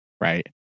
Right